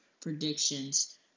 predictions